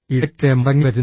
ഇടയ്ക്കിടെ മടങ്ങിവരുന്നു